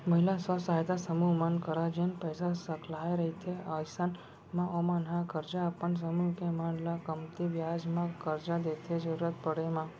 महिला स्व सहायता समूह मन करा जेन पइसा सकलाय रहिथे अइसन म ओमन ह करजा अपन समूह के मन ल कमती बियाज म करजा देथे जरुरत पड़े म